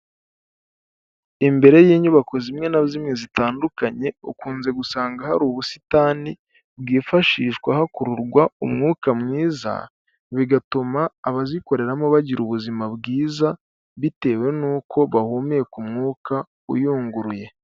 Imbere y'inyubako zimwe na zimwe zitandukanye ukunze gusanga hari ubusitani bwifashishwa hakururwa umwuka mwiza, bigatuma abazikoreramo bagira ubuzima bwiza bitewe n'uko bahumeka umwuka uyunguruye.